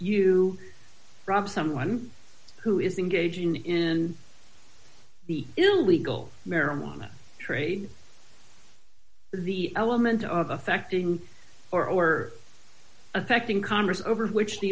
you rob someone who is engaging in the illegal marijuana trade the element of affecting or or effect in congress over which the